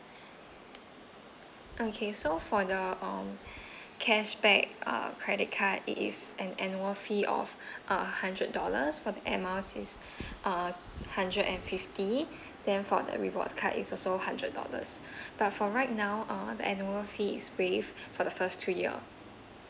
okay so for the um cashback uh credit card it's an annual fee of a hundred dollars for the air miles is uh hundred and fifty then for the rewards card is also hundred dollars but for right now uh the annual fee is waived for the first two year